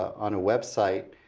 on a website,